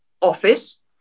office